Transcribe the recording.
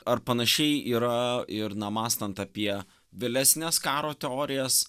ar panašiai yra ir na mąstant apie vėlesnes karo teorijas